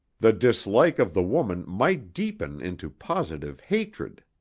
the dislike of the woman might deepen into positive hatred.